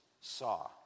saw